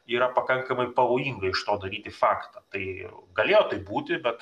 yra pakankamai pavojinga iš to daryti faktą tai galėjo būti bet